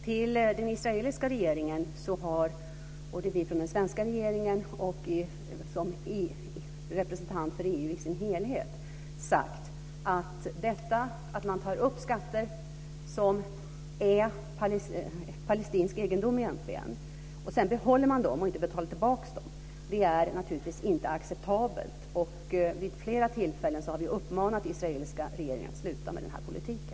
Till den israeliska regeringen har vi från den svenska regeringen sagt, också som representant för EU i sin helhet, att detta att man tar upp skatter som egentligen är palestinsk egendom och sedan behåller dem och inte betalar tillbaka dem naturligtvis inte är acceptabelt. Vid flera tillfällen har vi uppmanat den israeliska regeringen att sluta med den politiken.